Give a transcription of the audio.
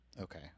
okay